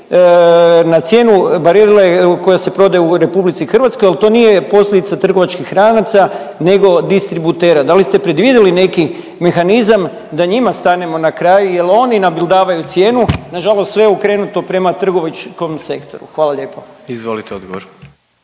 na cijenu Barille koja se prodaje u RH, ali to nije posljedica trgovačkih lanaca nego distributera. Da li ste predvidjeli neki mehanizam da njima stanemo na kraj jer oni nabildavaju cijenu, nažalost sve je okrenuto prema trgovačkom sektoru. Hvala lijepo. **Jandroković,